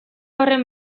horren